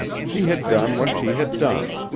she had done what she had done,